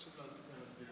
להעביר